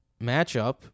matchup